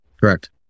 Correct